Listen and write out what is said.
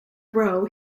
row